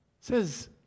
says